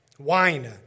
Wine